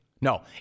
no